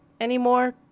anymore